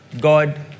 God